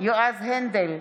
יועז הנדל,